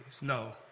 No